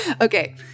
Okay